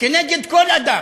כנגד כל אדם,